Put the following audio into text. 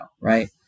right